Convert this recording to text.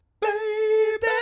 Baby